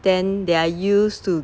then they are used to